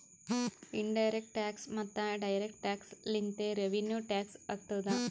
in direct tax ಮತ್ತ direct tax ಲಿಂತೆ revenue tax ಆತ್ತುದ್